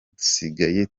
dusigaye